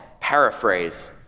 paraphrase